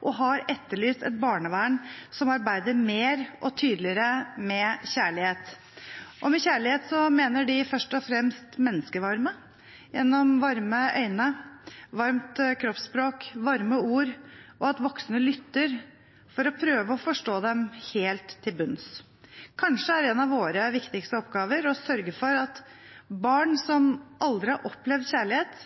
og de har etterlyst et barnevern som arbeider mer og tydeligere med kjærlighet. Med kjærlighet mener de først og fremst menneskevarme, gjennom varme øyne, varmt kroppsspråk, varme ord – og at voksne lytter for å prøve å forstå dem helt til bunns. Kanskje er en av våre viktigste oppgaver å sørge for at barn som aldri har opplevd kjærlighet,